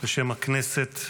בשם הכנסת,